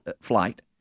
flight